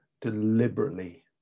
deliberately